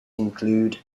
include